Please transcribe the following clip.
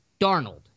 Darnold